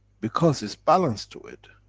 because it's balanced to it